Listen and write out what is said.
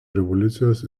revoliucijos